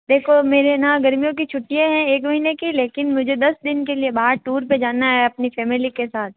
देखो मेरे न गर्मियों की छुट्टियाँ हैं एक महीने की लेकिन मुझे दस दिन के लिए बाहर टूर पे जाना है अपनी फेमिली के साथ